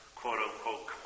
quote-unquote